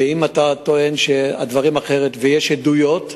ואם אתה טוען שהדברים היו אחרת ויש עדויות,